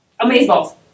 Amazeballs